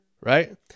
right